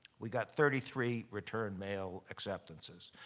we got thirty three return mail acceptances.